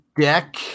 deck